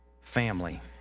family